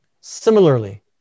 Similarly